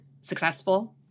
successful